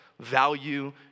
value